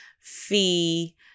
fee